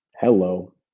hello